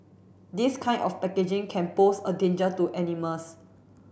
this kind of packaging can pose a danger to animals